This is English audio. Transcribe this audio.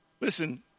Listen